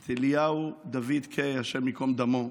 את אליהו דוד קיי, השם ייקום דמו,